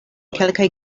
kelkaj